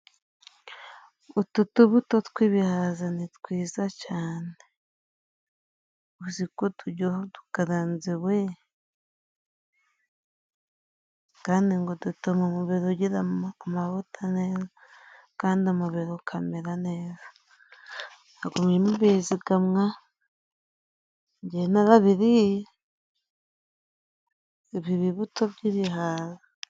Utu tubuto tw'ibihaza ni twiza cyane. Uziko turyoha dukaranze we! Kandi ngo dutuma umubiri igira mavuta meza kandi umubiri ukamera neza. Nta mwari mubizi ga amwa? Njyewe narabiriye, ibi bibuto by'ibihaza.